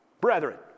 brethren